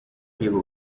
areba